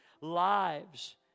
lives